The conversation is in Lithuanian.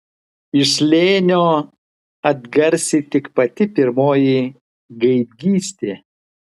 iš slėnio atgarsi tik pati pirmoji gaidgystė